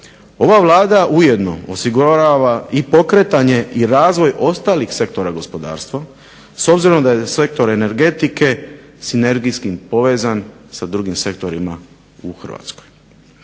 ova Vlada ujedno osigurava i pokretanje i razvoj ostalih sektora gospodarstva. S obzirom da je sektor energetike sinergijski povezan sa drugim sektorima u Hrvatskoj.